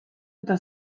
eta